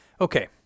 Okay